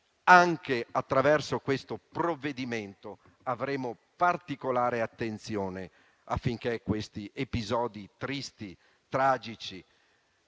Anche attraverso questo provvedimento avremo particolare attenzione affinché episodi tristi, tragici